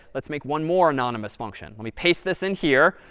let's make one more anonymous function. let me paste this in here.